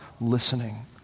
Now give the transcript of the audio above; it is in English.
listening